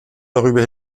darüber